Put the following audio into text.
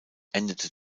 endete